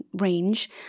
range